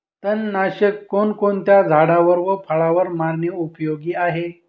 तणनाशक कोणकोणत्या झाडावर व फळावर मारणे उपयोगी आहे?